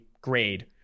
grade